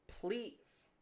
please